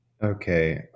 Okay